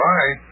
Bye